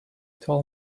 tall